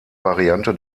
variante